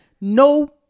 no